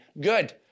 good